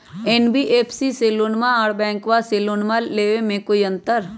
NBFC से लोनमा आर बैंकबा से लोनमा ले बे में कोइ अंतर?